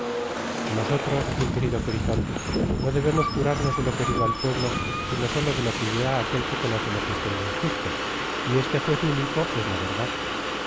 nosotros mi querido gritón no debemos curarnos de lo que diga el pueblo sino sólo de lo que dirá aquel que conoce lo justo y lo injusto y este juez único es la verdad